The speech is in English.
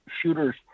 shooters